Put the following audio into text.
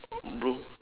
blue